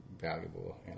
valuable